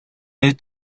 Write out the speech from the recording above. хэд